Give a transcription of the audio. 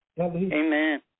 Amen